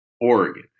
Oregon